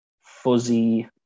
fuzzy